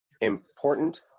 important